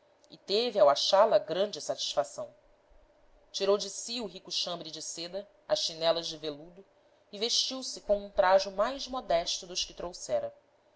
e teve ao achá-la grande satisfação tirou de si o rico chambre de seda as chinelas de veludo e vestiu-se com um trajo mais modesto dos que trouxera